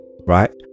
right